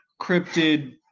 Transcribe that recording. cryptid